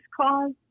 cause